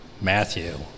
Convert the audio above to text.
Matthew